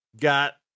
got